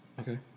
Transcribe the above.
Okay